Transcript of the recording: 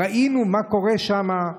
ראינו מה קורה שם.